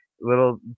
little